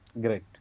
Great